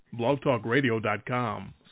blogtalkradio.com